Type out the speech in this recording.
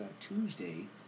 Tuesday